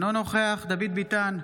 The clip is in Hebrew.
אינו נוכח דוד ביטן,